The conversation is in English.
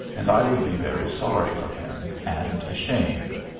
and i would be very sorry for him, and ashamed.